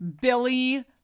Billy